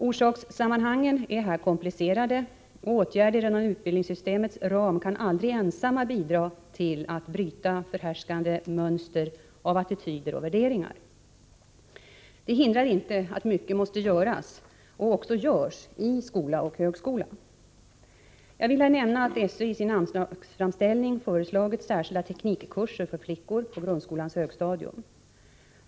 Orsakssammanhangen är här komplicerade, och åtgärder inom utbildningssystemets ram kan aldrig ensamma bidra till att bryta förhärskande mönster av attityder och värderingar. Det hindrar inte att mycket måste göras, och också görs, i skola och högskola. Jag vill här nämna att SÖ i sin anslagsframställning föreslagit särskilda teknikkurser för flickor på grundskolans högstadium.